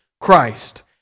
Christ